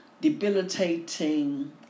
debilitating